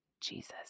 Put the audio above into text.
Jesus